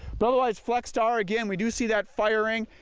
but otherwise flexstar again we do see that firing,